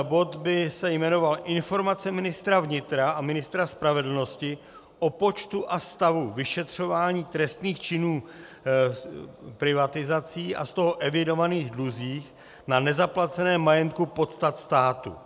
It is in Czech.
Bod by se jmenoval Informace ministra vnitra a ministra spravedlnosti o počtu a stavu vyšetřování trestných činů z privatizací a z toho evidovaných dluzích na nezaplaceném majetku státu.